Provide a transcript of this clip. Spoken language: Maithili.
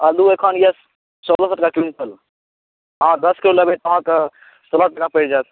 आलू एखन अछि सोलह सए रुपिआ क्विण्टल अहाँ दश किलो लेबै तऽ अहाँकेँ सोलह रुपिआ पड़ि जायत